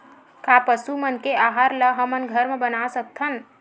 का पशु मन के आहार ला हमन घर मा बना सकथन?